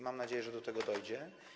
Mam nadzieję, że do tego dojdzie.